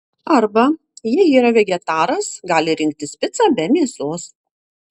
arba jei yra vegetaras gali rinktis picą be mėsos